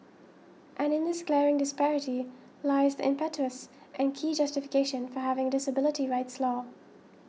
and in this glaring disparity lies impetus and key justification for having a disability rights law